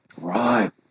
Right